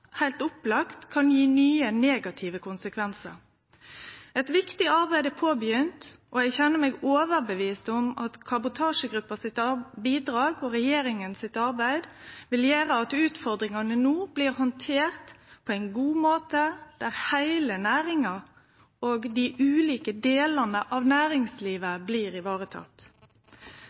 heilt opplagt kan gje nye negative konsekvensar. Eit viktig arbeid er påbegynt, og eg kjenner meg overbevist om at kabotasjegruppa sitt bidrag og regjeringa sitt arbeid vil gjere at utfordringane no blir handterte på ein god måte der heile næringa og dei ulike delane av næringslivet blir